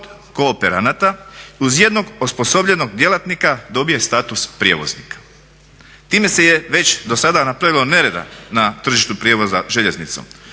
kooperanata uz jednog osposobljenog djelatnika dobije status prijevoznika. Time se je već dosada napravilo nereda na tržištu prijevoza željeznicom.